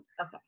Okay